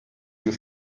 you